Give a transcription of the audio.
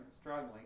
struggling